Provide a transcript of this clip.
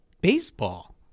baseball